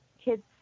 kids